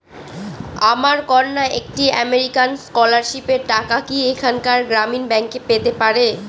আমার কন্যা একটি আমেরিকান স্কলারশিপের টাকা কি এখানকার গ্রামীণ ব্যাংকে পেতে পারে?